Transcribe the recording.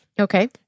Okay